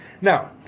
Now